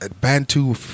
Bantu